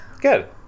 Good